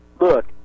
Look